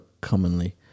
commonly